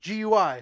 GUI